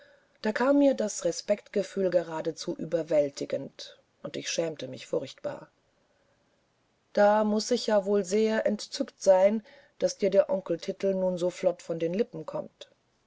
da kam mir das respektgefühl geradezu überwältigend und ich schämte mich furchtbar da muß ich ja wohl sehr entzückt sein daß dir der onkeltitel nun so flott von den lippen kommt